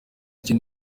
cye